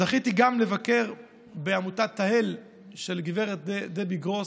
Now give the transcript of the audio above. זכיתי גם לבקר בעמותת תהל של הגברת דבי גרוס,